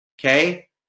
okay